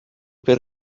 per